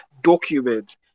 document